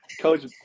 Coach